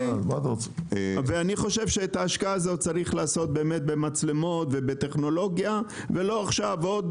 את ההשקעה הזאת צריך לעשות במצלמות ובטכנולוגיה ולא עכשיו בעוד